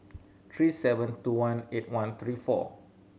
three seven two one eight one three four